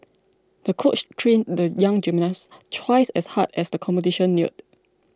the coach trained the young gymnast twice as hard as the competition neared